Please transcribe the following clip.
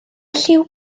lliw